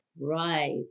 Right